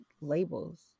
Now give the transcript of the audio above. labels